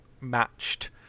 matched